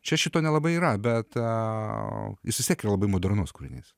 čia šito nelabai yra bet jis vistiek yra labai modernus kūrinys